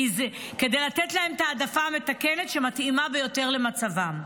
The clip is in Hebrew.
כדי לתת להם את ההעדפה המתקנת שמתאימה ביותר למצבם.